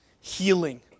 Healing